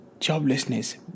joblessness